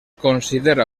considera